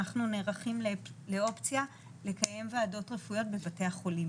אנחנו נערכים לאופציה לקיים ועדות רפואיות בבתי החולים